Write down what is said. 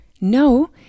No